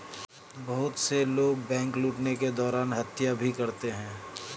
बहुत से लोग बैंक लूटने के दौरान हत्या भी करते हैं